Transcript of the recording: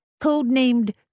codenamed